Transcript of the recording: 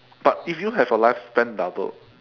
but if you have a lifespan doubled